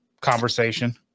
conversation